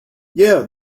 yes